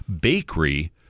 bakery